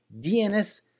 DNS